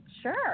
sure